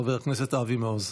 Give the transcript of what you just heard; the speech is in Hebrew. חבר הכנסת אבי מעוז.